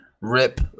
rip